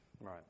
Right